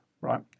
right